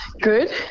Good